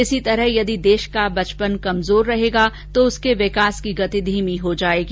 इसी प्रकार यदि देश का बचपन कमजोर रहेगा तो उसके विकास की गति धीमी हो जाएगी